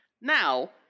Now